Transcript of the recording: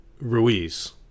ruiz